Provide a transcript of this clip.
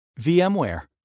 VMware